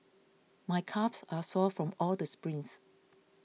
my calves are sore from all the sprints